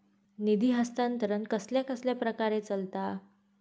निधी हस्तांतरण कसल्या कसल्या प्रकारे चलता?